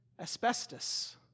asbestos